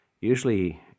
Usually